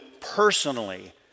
personally